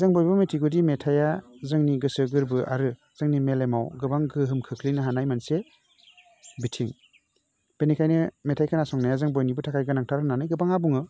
जों बयबो मिथिगौदि मेथाइया जोंनि गोसो गोरबो आरो जोंनि मेलेमाव गोबां गोहोम खोख्लैनो हानाय मोनसे बिथिं बेनिखायनो मेथाइ खोनासंनाया जों बयनिबो थाखाय गोनांथार होन्नानै गोबां बुङो